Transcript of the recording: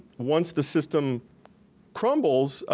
once the system crumbles,